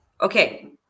okay